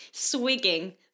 Swigging